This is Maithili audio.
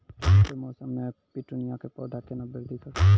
ठंड के मौसम मे पिटूनिया के पौधा केना बृद्धि करतै?